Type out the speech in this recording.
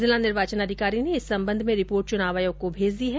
जिला निर्वाचन अधिकारी ने इस संबंध में रिपोर्ट चुनाव आयोग को भेज दी है